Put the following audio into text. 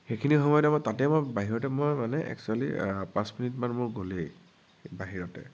সেইখিনি সময়তে মই তাতে মই বাহিৰতে মই মানে এক্সোৱলি পাঁচমিনিটমান মোৰ গলেই বাহিৰতে